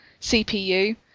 CPU